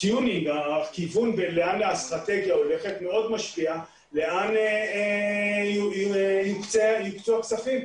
הכיוונון לאן האסטרטגיה הולכת מאוד משפיע לאן יוקצו הכספים,